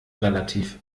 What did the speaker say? relativ